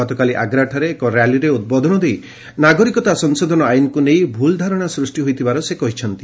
ଗତକାଲି ଆଗ୍ରାଠାରେ ଏକ ର୍ୟାଲିରେ ଉଦ୍ବୋଧନ ଦେଇ ନାଗରିକତା ସଂଶୋଧନ ଆଇନ୍କୁ ନେଇ ଭୁଲ ଧାରଣା ସୃଷ୍ଟି ହୋଇଥିବାର ସେ କହିଛନ୍ତି